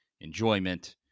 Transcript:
enjoyment